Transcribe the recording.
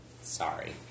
Sorry